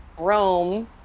rome